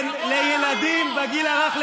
לילדים בגיל הרך,